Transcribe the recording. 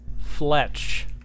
fletch